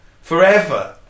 forever